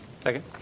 Second